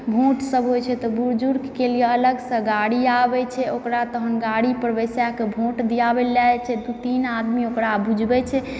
vote सब होइ छै तऽ बुजुर्ग के लियऽ अलग सऽ गाड़ी आबै छै ओकरा तहन गाड़ी पर बैसाए कऽ भोट दियाबै लऽ लए जाइ छै दू तीन आदमी ओकरा बुझबै छै